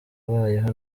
abayeho